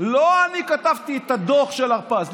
לא אני כתבתי את הדוח של הרפז.